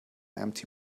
empty